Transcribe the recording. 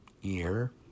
year